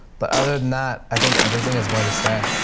but other than that, i think everything is going to stay.